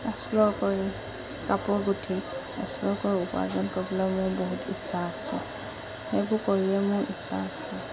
explore কৰি কাপোৰ গুঠি এক্সপ্ল'ৰ কৰো উপাৰ্জন কৰিবলৈ মোৰ বহুত ইচ্ছা আছে সেইবোৰ কৰিয়ে মোৰ ইচ্ছা আছে